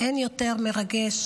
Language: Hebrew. אין יותר מרגש